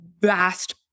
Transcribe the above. vast